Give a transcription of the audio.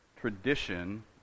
tradition